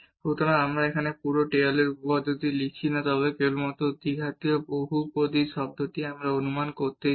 সুতরাং আমরা এখানে পুরো টেইলারের উপপাদ্যটি লিখছি না তবে কেবলমাত্র দ্বিঘাতীয় বহুপদী শব্দটি আমরা অনুমান করতে চাই